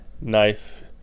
knife